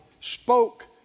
spoke